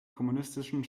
kommunistischen